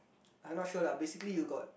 I'm not sure lah basically you'll got